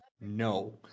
No